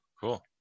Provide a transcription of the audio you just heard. cool